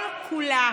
כל-כולה,